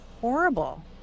horrible